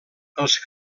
els